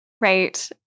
right